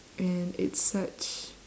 and it's such